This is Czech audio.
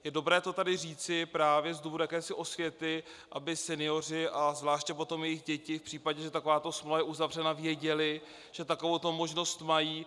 Je dobré to tady říci právě z důvodu jakési osvěty, aby senioři a zvláště potom jejich děti v případě, že takováto smlouva je uzavřena, věděli, že takovouto možnost mají.